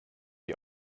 ich